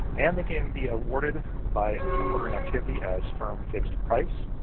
and they can be awarded via an ordering activity as firm-fixed price,